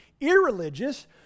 irreligious